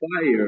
fire